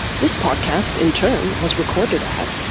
this podcast, in turn, was recorded at.